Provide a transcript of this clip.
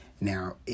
Now